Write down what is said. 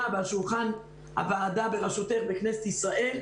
ועל שולחן הוועדה בראשותך בכנסת ישראל,